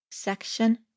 Section